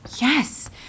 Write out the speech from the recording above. Yes